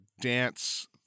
dance